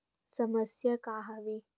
समस्या का आवे?